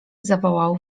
zawołał